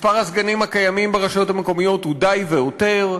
מספר הסגנים הקיימים ברשויות המקומיות הוא די והותר.